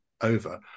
over